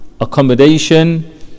Accommodation